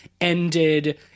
ended